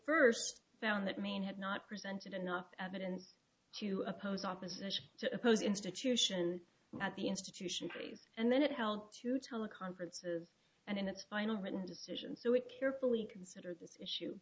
first found that main had not presented enough evidence to oppose opposition to oppose institution at the institution freeze and then it held to teleconferences and in its final written decision so it carefully considered this issue